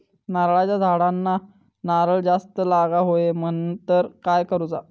नारळाच्या झाडांना नारळ जास्त लागा व्हाये तर काय करूचा?